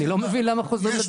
אני לא מבין למה חוזרים לדיון הזה.